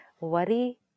Worry